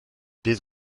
bydd